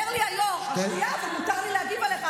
אומר לי היושב-ראש, שתי שניות יש לך.